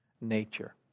nature